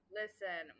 listen